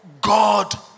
God